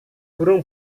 burung